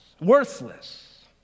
worthless